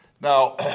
Now